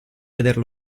vedere